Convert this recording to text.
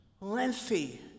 lengthy